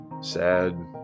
sad